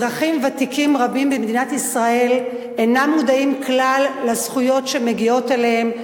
אזרחים ותיקים רבים במדינת ישראל אינם מודעים כלל לזכויות שמגיעות להם,